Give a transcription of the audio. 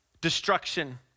destruction